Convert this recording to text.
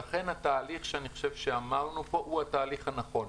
ולכן התהליך שאמרנו פה הוא לדעתי התהליך הנכון.